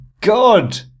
God